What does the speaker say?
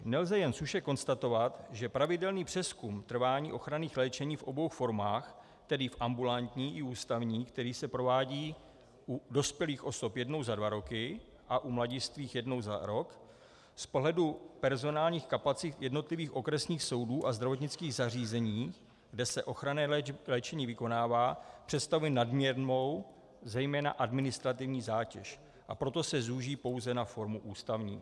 Nelze jen suše konstatovat, že pravidelný přezkum trvání ochranných léčení v obou formách, tedy ambulantní a ústavní, který se provádí u dospělých osob jednou za dva roky a u mladistvých jednou za rok, z pohledu personálních kapacit jednotlivých okresních soudů a zdravotnických zařízení, kde se ochranné léčení vykonává, představuje nadměrnou, zejména administrativní zátěž, a proto se zúží na formu ústavní.